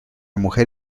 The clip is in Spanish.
mujer